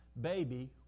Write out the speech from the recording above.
baby